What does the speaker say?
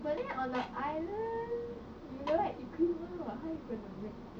but then on the island you don't have equipment what how you gonna make